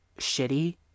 shitty